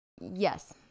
Yes